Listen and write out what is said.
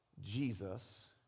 Jesus